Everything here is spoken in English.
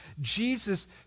Jesus